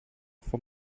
for